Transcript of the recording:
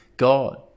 God